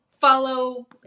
follow